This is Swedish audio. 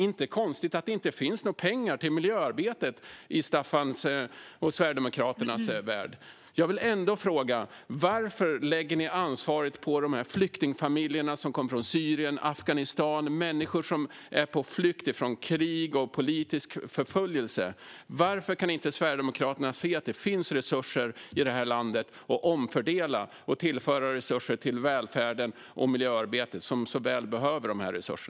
Inte konstigt då att det inte finns några pengar till miljöarbetet i Staffan Eklöfs och Sverigedemokraternas värld! Jag vill ändå fråga: Varför lägger ni ansvaret på de flyktingfamiljer som kom från Syrien och Afghanistan, människor som är på flykt från krig och politisk förföljelse? Varför kan inte Sverigedemokraterna se att det finns resurser i det här landet att omfördela och tillföra till välfärden och miljöarbetet som så väl behöver dessa resurser?